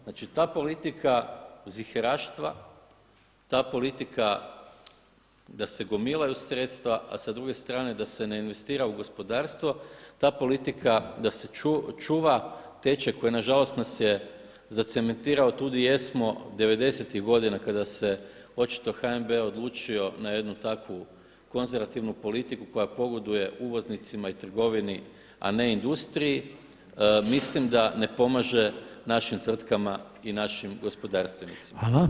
Znači ta politika ziheraštva, ta politika da se gomilaju sredstva a sa druge strane da se ne investira u gospodarstvo ta politika da se čuva tečaj koji nas je nažalost zacementirao tu di jesmo 90.tih godina kada se očito HNB odlučio na jednu takvu konzervativnu politiku koja pogoduje uvoznicima i trgovini a ne industriji mislim da ne pomaže našim tvrtkama i našim gospodarstvenicima.